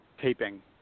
taping